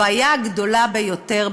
הבעיה הגדולה ביותר,